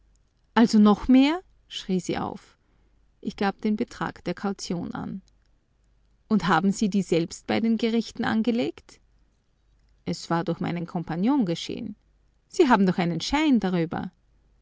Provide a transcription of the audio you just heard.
also noch mehr schrie sie auf ich gab den betrag der kaution an und haben sie die selbst bei den gerichten angelegt es war durch meinen compagnon geschehen sie haben doch einen schein darüber